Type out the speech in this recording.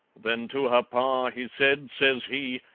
then to her pa he said, says he,